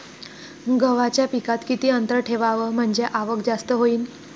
गव्हाच्या पिकात किती अंतर ठेवाव म्हनजे आवक जास्त होईन?